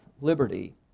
liberty